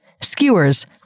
skewers